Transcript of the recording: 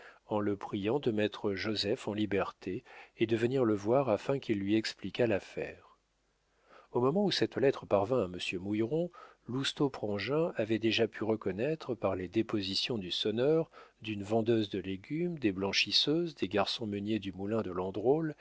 en le priant de mettre joseph en liberté et de venir le voir afin qu'il lui expliquât l'affaire au moment où cette lettre parvint à monsieur mouilleron lousteau prangin avait déjà pu reconnaître par les dépositions du sonneur d'une vendeuse de légumes des blanchisseuses des garçons meuniers du moulin de landrôle